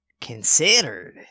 considered